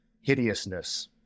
hideousness